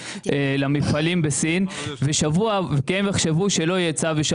למפעלים בסין כי הם יחשבו שלא יהיה צו,